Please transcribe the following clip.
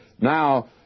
now